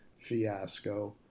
fiasco